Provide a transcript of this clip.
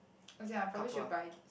okay lah probably should buy this